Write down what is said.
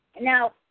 now